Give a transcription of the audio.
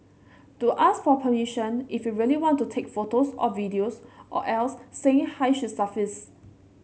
do ask for permission if you really want to take photos or videos or else saying hi should suffice